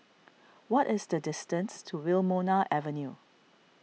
what is the distance to Wilmonar Avenue